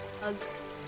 hugs